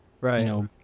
right